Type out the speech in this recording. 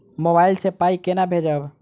Mobile सँ पाई केना भेजब?